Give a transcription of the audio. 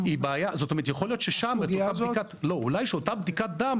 יכול להיות ששם, את אותה בדיקת דם,